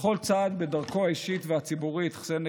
בכל צעד בדרכו האישית והציבורית חסיין